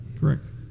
Correct